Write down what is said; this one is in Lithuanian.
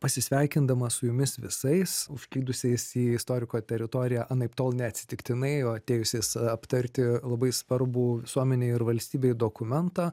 pasisveikindama su jumis visais užklydusiais į istoriko teritoriją anaiptol neatsitiktinai atėjusias aptarti labai svarbų visuomenei ir valstybei dokumentą